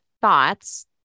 thoughts